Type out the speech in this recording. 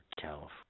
California